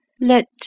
Let